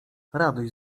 radość